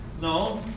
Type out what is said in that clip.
No